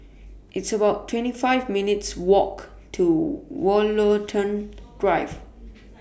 It's about twenty five minutes' Walk to Woollerton Drive